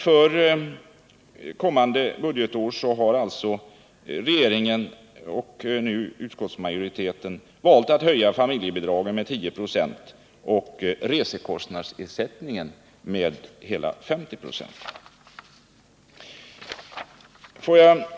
För kommande budgetår har alltså regeringen och utskottsmajoriteten valt att höja familjebidragen med 10 96 och resekostnadsersättningen med hela 50 96. Herr talman!